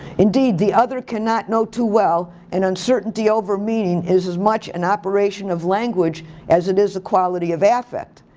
indeed the other cannot know too well and uncertainty over meaning is as much an operation of language as it is a quality of affect.